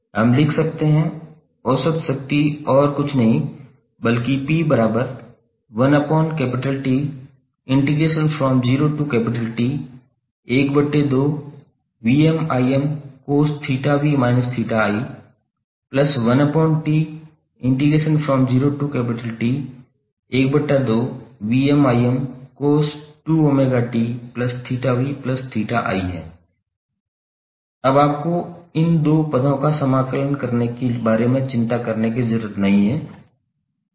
हम लिख सकते हैं औसत शक्ति और कुछ नहीं बल्कि 𝑃1𝑇12cos𝜃𝑣−𝜃𝑖1𝑇12cos2𝜔𝑡𝜃𝑣𝜃𝑖 है अब आपको इन दो पदों का समाकलन करने के बारे में चिंता करने की ज़रूरत नहीं है